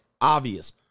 obvious